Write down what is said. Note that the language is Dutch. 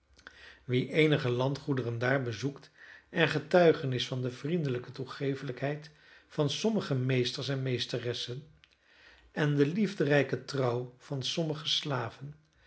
wie eenige landgoederen daar bezoekt en getuige is van de vriendelijke toegeeflijkheid van sommige meesters en meesteressen en de liefderijke trouw van sommige slaven